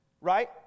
right